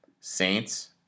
Saints